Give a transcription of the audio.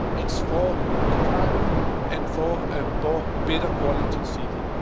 it's for the climate and for a but better quality city.